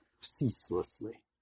ceaselessly